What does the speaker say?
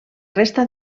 resta